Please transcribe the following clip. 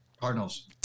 Cardinals